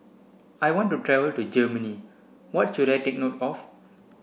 I want to travel to Germany What should I take note of